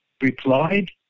replied